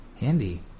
Handy